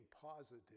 positive